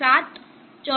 7 14